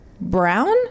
Brown